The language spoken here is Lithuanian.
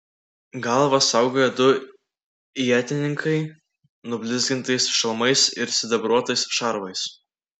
galvas saugojo du ietininkai nublizgintais šalmais ir sidabruotais šarvais